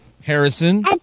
Harrison